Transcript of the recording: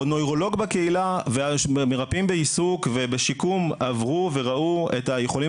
הנוירולוג בקהילה והמרפאים בעיסוק ובשיקום עברו וראו ויכולים